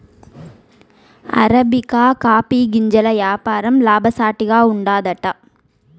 arabica coffee గింజల యాపారం లాభసాటిగా ఉండాదట